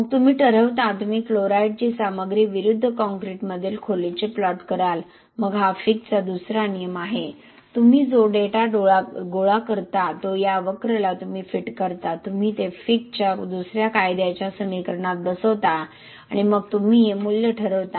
मग तुम्ही ठरवता तुम्ही क्लोराईडची सामग्री विरुद्ध कॉंक्रिटमधील खोलीचे प्लॉट कराल मग हा फिकचा दुसरा नियम आहे तुम्ही जो डेटा गोळा करता तो या वक्रला तुम्ही फिट करता तुम्ही ते फिकच्या दुसऱ्या कायद्याच्या समीकरणात बसवता आणि मग तुम्ही हे मूल्य ठरवता